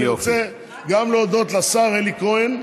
אני רוצה גם להודות לשר אלי כהן,